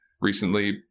recently